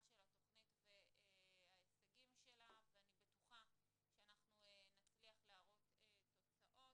של התכנית וההישגים שלה ואני בטוחה שאנחנו נצליח להראות תוצאות.